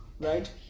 right